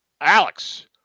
Alex